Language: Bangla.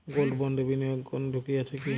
গোল্ড বন্ডে বিনিয়োগে কোন ঝুঁকি আছে কি?